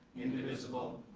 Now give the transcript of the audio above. indivisible,